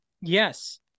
Yes